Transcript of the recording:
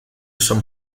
some